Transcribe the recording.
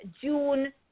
June